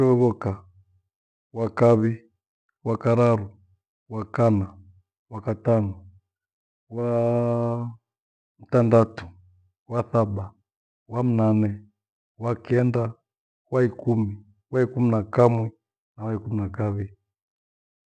Mwiri we voka, wakavi, wakararu, wakana, wakatanu, waamtandatu, wasaba, wamnane waikenda, waikumi, waikumi na kamwi na waikumi na kawi.